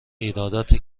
ایرادات